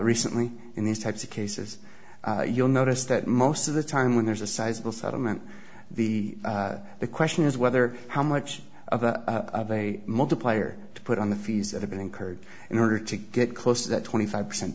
recently in these types of cases you'll notice that most of the time when there's a sizable settlement the the question is whether how much of a multiplier to put on the fees that have been incurred in order to get close to that twenty five percent